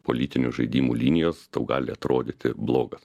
politinių žaidimų linijos tau gali atrodyti blogas